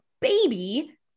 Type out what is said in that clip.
baby